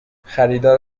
خریدار